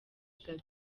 gaby